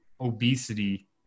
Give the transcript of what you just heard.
obesity